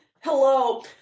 Hello